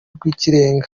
rw’ikirenga